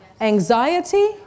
anxiety